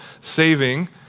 saving